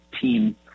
team